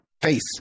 face